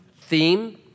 theme